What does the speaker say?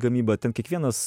gamyba ten kiekvienas